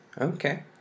Okay